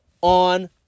on